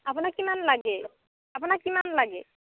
আপোনাক কিমান লাগে আপোনাক কিমান লাগে